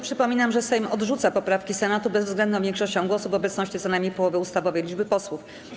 Przypominam, że Sejm odrzuca poprawki Senatu bezwzględną większością głosów w obecności co najmniej połowy ustawowej liczby posłów.